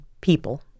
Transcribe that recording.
people